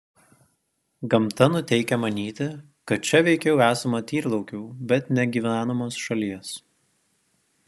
gamta nuteikia manyti kad čia veikiau esama tyrlaukių bet ne gyvenamos šalies